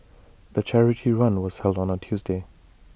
the charity run was held on A Tuesday